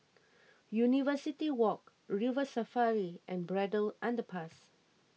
University Walk River Safari and Braddell Underpass